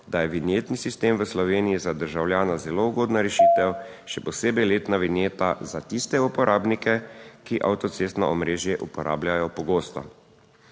da je vinjetni sistem v Sloveniji za državljane zelo ugodna rešitev, še posebej letna vinjeta za tiste uporabnike, ki avtocestno omrežje uporabljajo pogosto.